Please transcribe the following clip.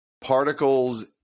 particles